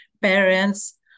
parents